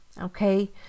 Okay